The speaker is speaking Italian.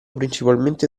principalmente